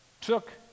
took